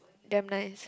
damn nice